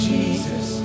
Jesus